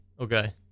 Okay